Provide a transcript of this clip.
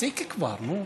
תפסיקי כבר, נו.